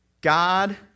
God